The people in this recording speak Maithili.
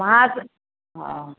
अहाँ हँ